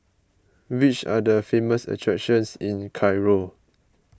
which are the famous attractions in Cairo